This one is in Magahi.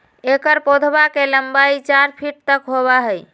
एकर पौधवा के लंबाई चार फीट तक होबा हई